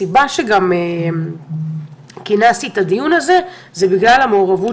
הסיבה שכינסתי את הדיון הזה היא בשל המעורבות